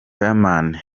fireman